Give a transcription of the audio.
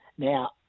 Now